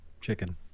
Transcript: chicken